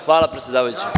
Hvala, predsedavajuća.